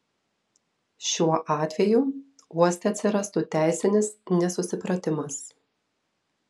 šiuo atveju uoste atsirastų teisinis nesusipratimas